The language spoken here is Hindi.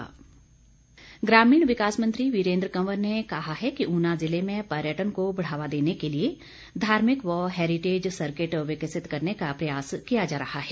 वीरेन्द्र कंवर ग्रामीण विकास मंत्री वीरेन्द्र कंवर ने कहा है कि ऊना ज़िले में पर्यटन को बढ़ावा देने के लिए धार्मिक व हैरीटेज सर्किट विकसित करने का प्रयास किया जा रहा है